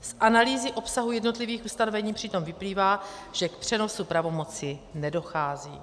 Z analýzy obsahu jednotlivých ustanovení přitom vyplývá, že k přenosu pravomoci nedochází.